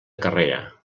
carrera